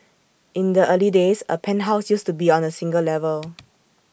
in the early days A penthouse used to be on A single level